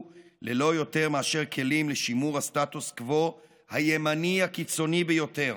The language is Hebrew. ללא יותר מאשר כלים לשימור הסטטוס קוו הימני הקיצוני ביותר,